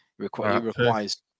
requires